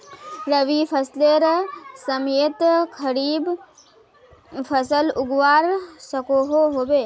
रवि फसलेर समयेत खरीफ फसल उगवार सकोहो होबे?